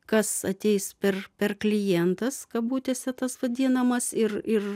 kas ateis per per klientas kabutėse tas vadinamas ir ir